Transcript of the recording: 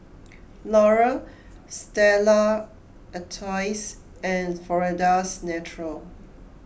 Laurier Stella Artois and Florida's Natural